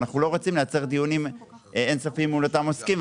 אנחנו לא רוצים לייצר דיונים אין-סופיים מול אותם עוסקים.